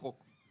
בחוק.